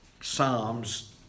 Psalms